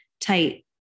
tight